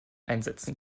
einsetzen